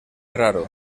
raro